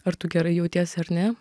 ar tu gerai jautiesi ar ne